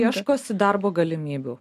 ieškosi darbo galimybių